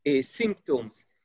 symptoms